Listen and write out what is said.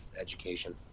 education